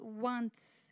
wants